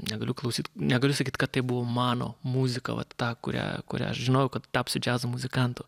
negaliu klausyt negaliu sakyt kad tai buvo mano muzika vat tą kurią kurią aš žinojau kad tapsiu džiazo muzikantu